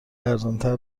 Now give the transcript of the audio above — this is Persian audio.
ارزانتر